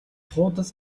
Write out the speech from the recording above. хуудас